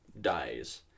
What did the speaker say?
dies